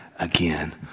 Again